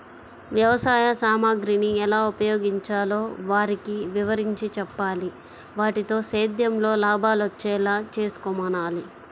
వ్యవసాయ సామగ్రిని ఎలా ఉపయోగించాలో వారికి వివరించి చెప్పాలి, వాటితో సేద్యంలో లాభాలొచ్చేలా చేసుకోమనాలి